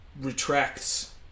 retracts